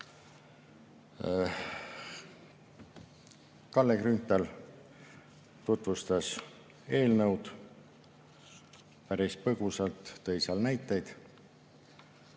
Kalle Grünthal tutvustas eelnõu päris põgusalt, tõi seal näited